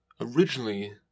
originally